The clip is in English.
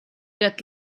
get